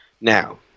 Now